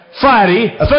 Friday